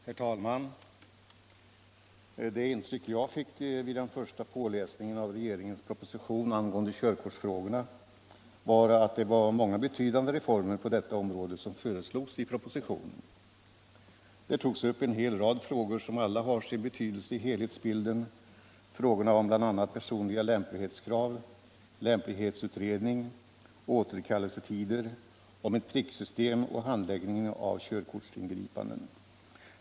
Herr talman! Det intryck jag fick vid den första påläsningen av regeringens proposition angående körkortsfrågorna var, att många betydande reformer på detta område föreslogs i propositionen. Propositionen tar upp en hel rad frågor som alla har sin betydelse för helhetsbilden, bl.a. frågorna om personliga lämplighetskrav, lämplighetsutredning, återkallelsetider, ett pricksystem och handläggningen av körkortsingripanden.